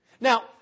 Now